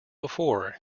before